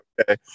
Okay